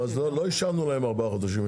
לא אישרנו להם ארבעה חודשים.